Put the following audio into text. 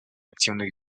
активных